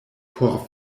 por